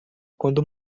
quando